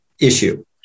issue